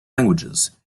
languages